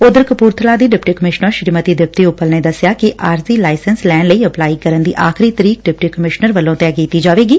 ਉਧਰ ਕਪੁਰਬਲਾ ਦੀ deputy commissioner Shrimati Deepti Uppal ਨੇ ਦੱਸਿਆ ਕਿ ਆਰਜੀ ਲਾਇਸੈਂਸ ਲੈਣ ਲਈ ਅਪਲਾਈ ਕਰਨ ਦੀ ਆਖਰੀ ਤਰੀਕ ਡਿਪਟੀ ਕਮਿਸ਼ਨਰ ਵੱਲੋਂ ਤੈਅ ਕੀਤੀ ਜਾਵੇਗੀ